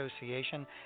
association